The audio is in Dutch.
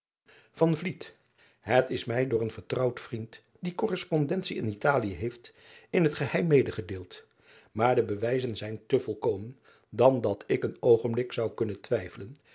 et is mij door een vertrouwd vriend die korrespondentie in talie heeft in het geheim medegedeeld maar de bewijzen zijn te volkomen dan dat ik een oogenblik zou kunnen twijfelen